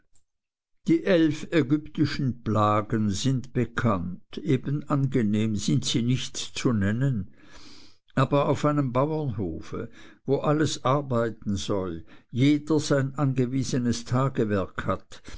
die eilf ägyptischen plagen sind bekannt eben angenehm sind sie nicht zu nennen aber auf einem bauernhofe wo alles arbeiten soll jeder sein angewiesenes tagewerk hat